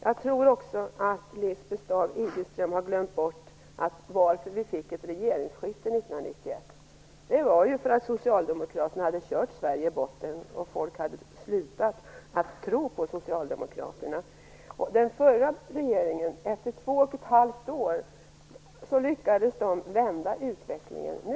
Jag tror också att Lisbeth Staaf-Igelström har glömt bort varför vi fick ett regeringsskifte 1991. Det var för att Socialdemokraterna hade kört Sverige i botten. Folk hade slutat tro på Socialdemokraterna. Efter 2 1⁄2 år lyckades den förra regeringen vända utvecklingen.